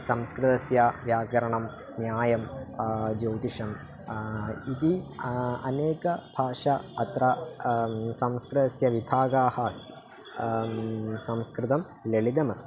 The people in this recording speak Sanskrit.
संस्कृतस्य व्याकरणं न्यायं ज्योतिषम् इति अनेका भाषा अत्र संस्कृतस्य विभागाः अस्ति संस्कृतं ललितमस्ति